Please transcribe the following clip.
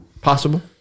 Possible